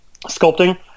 sculpting